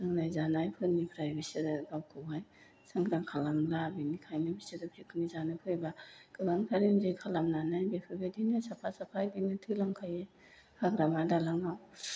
लोंनाय जानायफोरनिफ्राय बिसोरो गावखौहाय सांग्रां खालामला बिनिखायनो बिसोर पिकनिक जानो फैब्ला गोबांथार एन्जय खालामनानै बेफोरबायदिनो साफा साफा बिदिनो थैलां खायो हाग्रामा दालाङाव